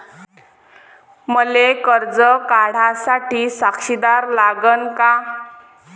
मले कर्ज काढा साठी साक्षीदार लागन का?